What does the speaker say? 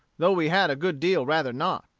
though we had a good deal rather not.